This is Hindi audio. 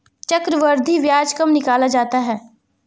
चक्रवर्धी ब्याज कब निकाला जाता है?